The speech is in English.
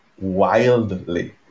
wildly